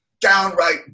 downright